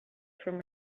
from